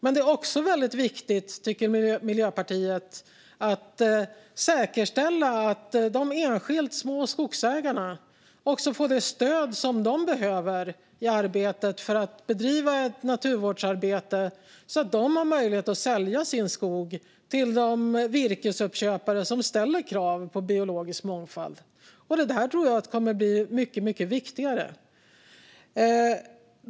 Det är också viktigt, tycker Miljöpartiet, att säkerställa att de små enskilda skogsägarna får det stöd de behöver för att bedriva ett naturvårdsarbete som ger dem möjlighet att sälja sin skog till de virkesuppköpare som ställer krav på biologisk mångfald. Det tror jag kommer att bli mycket viktigare.